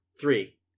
Three